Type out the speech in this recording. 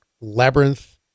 labyrinth